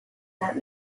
that